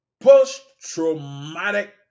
Post-traumatic